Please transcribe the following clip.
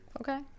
Okay